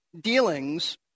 dealings